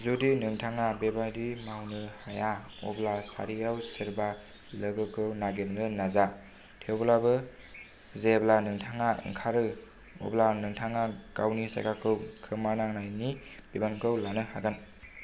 जुदि नोंथाङा बेबादि मावनो हाया अब्ला सारियाव सोरबा लोगोखौ नागिरनो नाजा थेवब्लाबो जेब्ला नोंथाङा ओंखारो अब्ला नोंथाङा गावनि जायगाखौ खोमानांनायनि बिबानखौ लानो हागोन